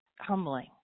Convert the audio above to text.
humbling